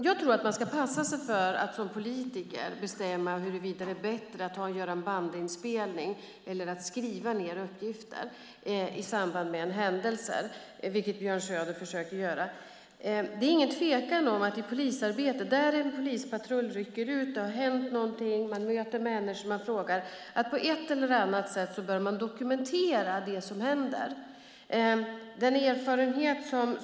Jag tror att politiker ska passa sig för att bestämma huruvida det är bättre att göra en bandinspelning än att skriva ned uppgifter i samband med en händelse, vilket Björn Söder försöker göra. Det är ingen tvekan om att man i polisarbetet, när en polispatrull rycker ut för att det har hänt någonting, möter människor och ställer frågor, behöver dokumentera det som händer på ett eller annat sätt.